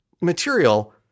material